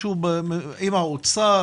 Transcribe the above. האם משהו עם האוצר?